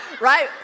right